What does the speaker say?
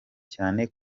cyane